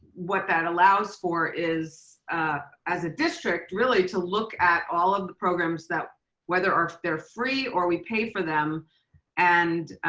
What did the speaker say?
what that allows for is as a district really to look at all of the programs that whether they're free or we pay for them and